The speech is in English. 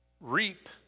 Reap